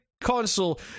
console